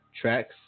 tracks